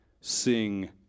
sing